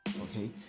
Okay